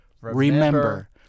Remember